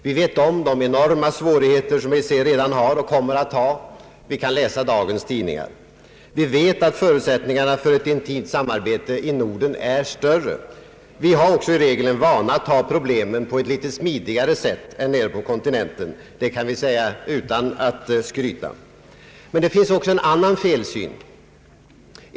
Vi vet om de enorma svårigheter som EEC redan har och kommer att ha. Vi kan läsa dagens tidningar. Vi vet att förutsättningarna för ett intimt samarbete i Norden är större. Vi har också i regel en vana att ta problemen på ett litet smidigare sätt än man gör på kontinenten. Det kan jag säga utan att skryta. Det finns också en annan felsyn.